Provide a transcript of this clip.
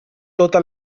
tota